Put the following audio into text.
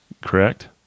Correct